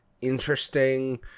interesting